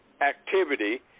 activity